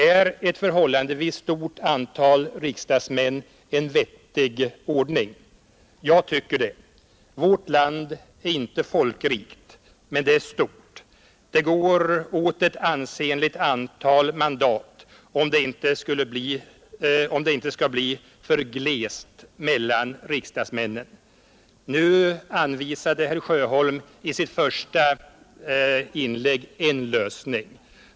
Är ett förhållandevis stort antal riksdagsmän en vettig ordning? Jag tycker det. Vårt land är inte folkrikt, men det är stort. Det går åt ett ansenligt antal mandat, om det inte skall bli för glest mellan riksdagsmännen. Nu anvisade herr Sjöholm i sitt första inlägg en lösning.